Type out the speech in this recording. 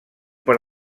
per